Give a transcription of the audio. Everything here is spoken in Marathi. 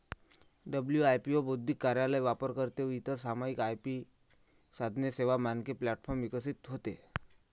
डब्लू.आय.पी.ओ बौद्धिक कार्यालय, वापरकर्ते व इतर सामायिक आय.पी साधने, सेवा, मानके प्लॅटफॉर्म विकसित होते